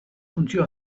funtzio